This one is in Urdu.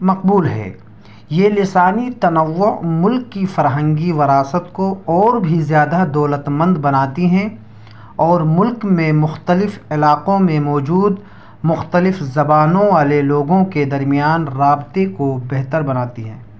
مقبول ہے یہ لسانی تنوع ملک کی فرہنگی وراثت کو اور بھی زیادہ دولت مند بناتی ہیں اور ملک میں مختلف علاقوں میں موجود مختلف زبانوں والے لوگوں کے درمیان رابطے کو بہتر بناتی ہیں